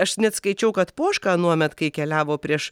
aš net skaičiau kad poška anuomet kai keliavo prieš